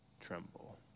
tremble